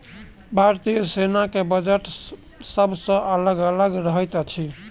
भारतीय सेनाक बजट सभ साल अलग अलग रहैत अछि